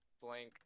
blank